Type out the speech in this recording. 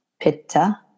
pitta